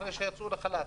אחרי שיצאו לחל"ת,